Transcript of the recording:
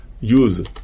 use